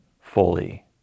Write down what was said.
fully